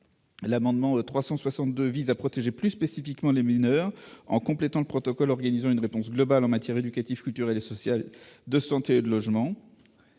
L'amendement n° 362 rectifié vise à protéger plus spécifiquement les mineurs, en complétant le protocole organisant une réponse globale en matières éducative, culturelle et sociale, de santé et de logement.